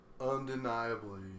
undeniably